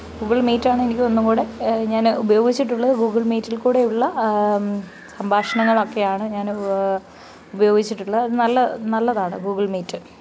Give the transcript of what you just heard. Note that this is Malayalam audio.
ഗൂഗിള് മീറ്റാണ് എനിക്ക് ഒന്നുംകൂടെ ഞാൻ ഉപയോഗിച്ചിട്ടുള്ളത് ഗൂഗിള് മീറ്റില്ക്കൂടെയുള്ള സംഭാഷണങ്ങളൊക്കെയാണ് ഞാൻ ഉപയോഗിച്ചിട്ടുള്ള നല്ല നല്ലതാണ് ഗൂഗിള് മീറ്റ്